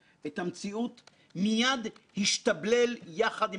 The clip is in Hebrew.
ולומר מה נאמר על דברים שאמרו חברי כנסת אנחנו